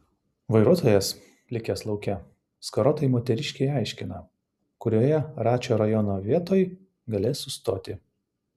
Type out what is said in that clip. vairuotojas likęs lauke skarotai moteriškei aiškina kurioje račio rajono vietoj galės sustoti